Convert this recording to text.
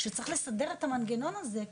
שצריך לסדר את המנגנון הזה.